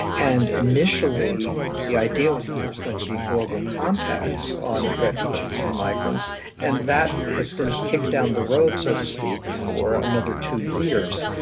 and initially the idea was that it was going to be global compacts on refugees and migrants and that has been kicked down the road, so to speak, for another two years.